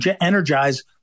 energize